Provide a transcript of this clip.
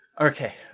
okay